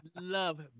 love